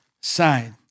side